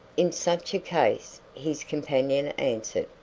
in such a case, his companion answered,